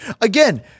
Again